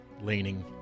leaning